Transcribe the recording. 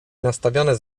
nastawione